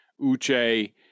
Uche